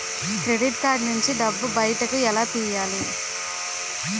Credit card నుంచి డబ్బు బయటకు ఎలా తెయ్యలి?